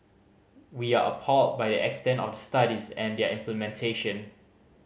we are appalled by the extent of the studies and their implementation